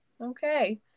okay